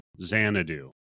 Xanadu